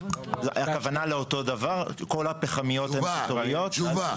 הכוונה לאותו דבר כל הפחמיות הן קיטוריות?